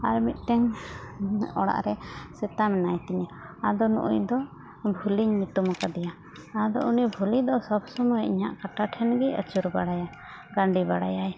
ᱟᱨ ᱢᱤᱫᱴᱮᱱ ᱚᱲᱟᱜ ᱨᱮ ᱥᱮᱛᱟ ᱢᱮᱱᱟᱭ ᱛᱤᱧᱟᱹ ᱟᱫᱚ ᱱᱩᱜᱚᱭ ᱫᱚ ᱵᱷᱩᱞᱤᱧ ᱧᱩᱛᱩᱢ ᱟᱠᱟᱫᱮᱭᱟ ᱟᱫᱚ ᱩᱱᱤ ᱵᱷᱩᱞᱤ ᱫᱚ ᱥᱚᱵ ᱥᱚᱢᱳᱭ ᱤᱧᱟᱹᱜ ᱠᱟᱴᱟ ᱴᱷᱮᱱ ᱜᱮᱭ ᱟᱹᱪᱩᱨ ᱵᱟᱲᱟᱭᱟ ᱜᱟᱰᱮ ᱵᱟᱲᱟᱭᱟᱭ